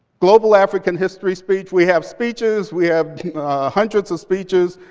global african history speech we have speeches. we have ah hundreds of speeches,